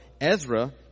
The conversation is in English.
Ezra